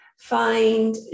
find